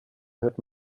hört